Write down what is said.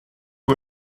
who